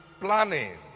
planning